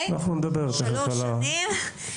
שלוש שנים.